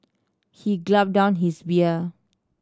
he gulped down his beer